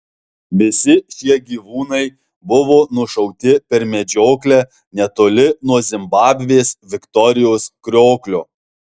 visi šie gyvūnai buvo nušauti per medžioklę netoli nuo zimbabvės viktorijos krioklio